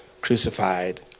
crucified